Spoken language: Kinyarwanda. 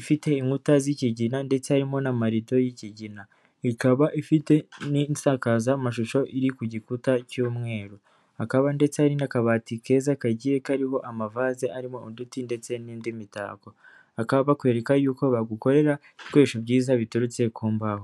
ifite inkuta zi'ikigina ndetse harimo n'amarido y'ikigina, ikaba ifite n'insakazamashusho iri ku gikuta cy'umweru hakaba ndetse hari n'akabati keza kagiye kariho amavase arimo uduti ndetse n'indi mitako, bakaba bakwereka yuko bagukorera ibikoresho byiza biturutse ku mbaho.